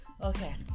Okay